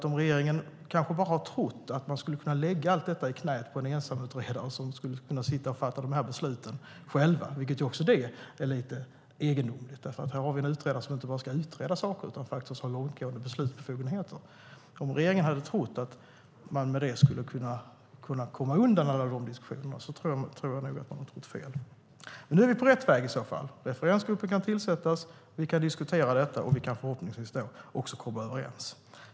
Om regeringen trodde att den kunde lägga allt detta i knäet på en ensamutredare som skulle sitta och fatta besluten - här har vi alltså en utredare som inte bara ska utreda saker utan också har långtgående beslutsbefogenheter, vilket är egendomligt - och komma undan alla de diskussionerna trodde regeringen nog fel. Nu är vi på rätt väg. Referensgruppen kan tillsättas, vi kan diskutera frågan och förhoppningsvis också komma överens.